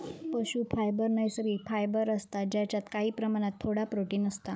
पशू फायबर नैसर्गिक फायबर असता जेच्यात काही प्रमाणात थोडा प्रोटिन असता